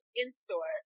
in-store